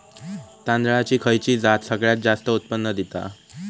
तांदळाची खयची जात सगळयात जास्त उत्पन्न दिता?